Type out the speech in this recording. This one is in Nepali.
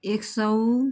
एक सौ